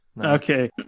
Okay